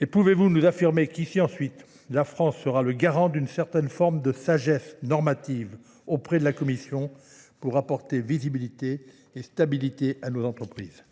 Et pouvez-vous nous affirmer qu'ici ensuite, la France sera le garant d'une certaine forme de sagesse normative auprès de la Commission pour apporter visibilité et stabilité à nos entreprises ?